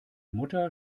mutter